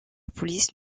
police